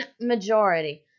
majority